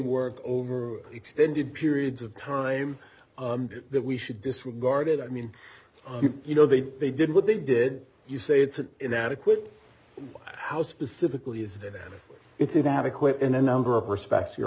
work over extended periods of time that we should disregard it i mean you know they they did what they did you say it's an inadequate how specifically is it it's inadequate in a number of respects your